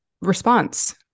response